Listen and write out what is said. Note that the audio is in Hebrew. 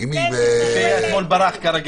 ברח כרגיל.